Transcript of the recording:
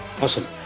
Awesome